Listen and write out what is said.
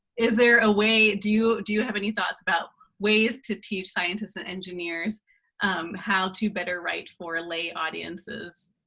is there a way do do you have any thoughts about ways to teach scientists and engineers how to better write for lay audiences?